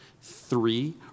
Three